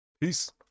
Peace